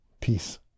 peace